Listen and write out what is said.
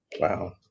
Wow